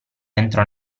entrò